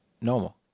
normal